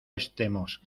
estemos